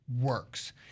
works